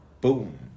Boom